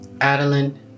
Adeline